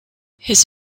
his